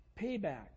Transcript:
payback